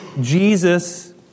Jesus